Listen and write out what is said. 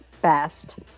best